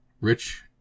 rich